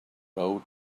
rode